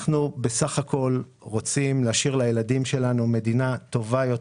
אנחנו בסך הכול רוצים להשאיר לילדים שלנו מדינה טובה יותר.